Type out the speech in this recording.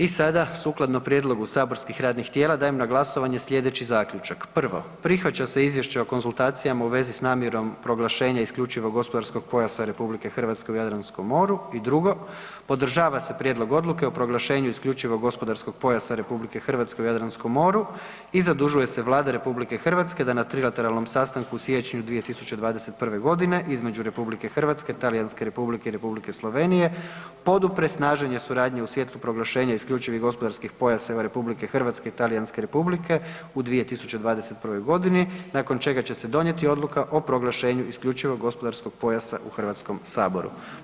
I sada sukladno prijedlogu saborskih radnih tijela dajem na glasovanje sljedeći zaključak: 1. Prihvaća se Izvješće o konzultacijama u vezi s namjerom proglašenja isključivog gospodarskog pojasa RH u Jadranskom moru; i 2. Podržava se prijedlog Odluke o proglašenju isključivog gospodarskog pojasa RH u Jadranskom moru i zadužuje se Vlada RH da na trilateralnom sastanku u siječnju 2021. g. između RH, Talijanske Republike i Republike Slovenije podupre snaženje suradnje u svjetlu proglašenja isključivih gospodarskih pojaseva RH, Talijanske Republike u 2021. g. nakon čega će se donijeti Odluka o proglašenju isključivog gospodarskog pojasa u Hrvatskome saboru.